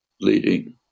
leading